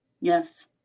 Yes